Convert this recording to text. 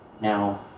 Now